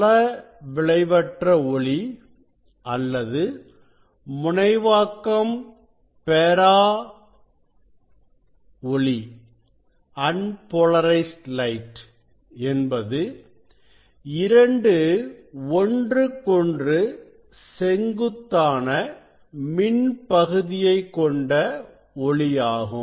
தளவிளைவற்ற ஒளி அல்லது முனைவாக்கம் பெறா என்பது 2 ஒன்றுக்கொன்று செங்குத்தான மின் பகுதியை கொண்ட ஒளியாகும்